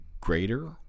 greater